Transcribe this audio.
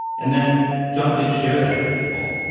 and then john did share that with people.